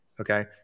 Okay